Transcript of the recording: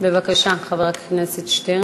שטרם עבר בכנסת?